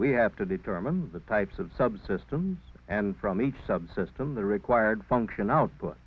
we have to determine the types of subsystems and from each subsystem the required function out b